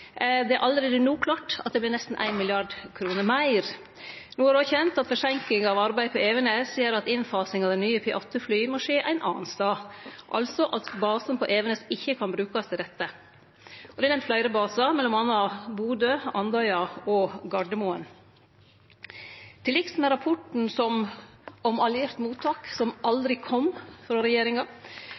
allereie no klart at det vert nesten 1 mrd. kr meir. No er det kjent at forseinkinga av arbeidet på Evenes gjer at innfasinga av det nye P8-flyet må skje ein annan stad, altså at basen på Evenes ikkje kan brukast til dette. Det er nemnt fleire basar, m.a. Bodø, Andøya og Gardermoen. Til liks med rapporten om alliert mottak, som aldri kom frå regjeringa,